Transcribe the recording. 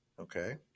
Okay